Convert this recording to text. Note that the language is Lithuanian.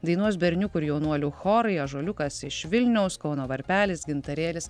dainuos berniukų ir jaunuolių chorai ąžuoliukas iš vilniaus kauno varpelis gintarėlis